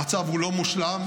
המצב הוא לא מושלם,